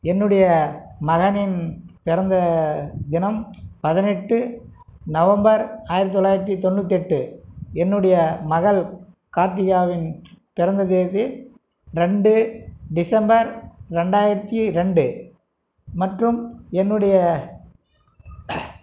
என்னுடைய மகனின் பிறந்த தினம் பதினெட்டு நவம்பர் ஆயிரத்து தொள்ளாயிரத்து தொண்ணூற்தெட்டு என்னுடைய மகள் கார்த்திகாவின் பிறந்த தேதி ரெண்டு டிசம்பர் ரெண்டாயிரத்தி ரெண்டு மற்றும் என்னுடைய